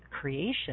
creation